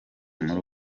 muri